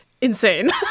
insane